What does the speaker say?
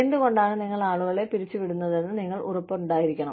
എന്തുകൊണ്ടാണ് നിങ്ങൾ ആളുകളെ പിരിച്ചുവിടുന്നതെന്ന് നിങ്ങൾക്ക് ഉറപ്പുണ്ടായിരിക്കണം